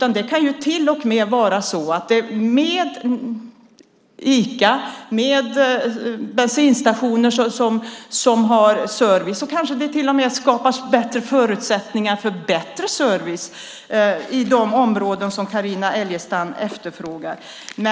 När Ica och bensinstationer kan erbjuda denna service kanske det till och med skapas förutsättningar för bättre service i de områden som Carina Adolfsson Elgestam talar om.